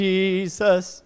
Jesus